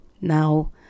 Now